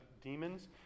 demons